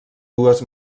dues